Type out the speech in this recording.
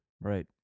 Right